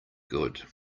good